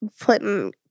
Putting